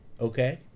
Okay